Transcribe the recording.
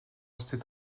restés